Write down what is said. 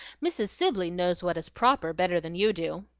mrs. sibley knows what is proper better than you do.